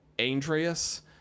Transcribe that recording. Andreas